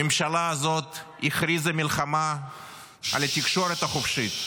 הממשלה הזאת הכריזה מלחמה על התקשורת החופשית,